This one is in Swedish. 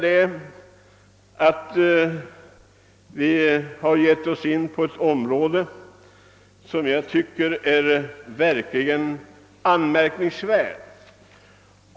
Nej, det hela måste betecknas som mycket anmärkningsvärt.